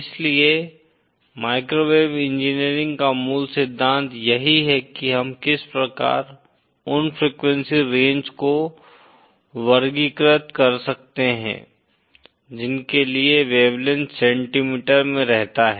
इसलिए microwave engineering का मूल सिद्धांत यही है कि हम किस प्रकार उन फ्रीक्वेंसी रेंज को वर्गीकृत कर सकते हैं जिनके लिए वेवलेंथ सेंटीमीटर में रहता है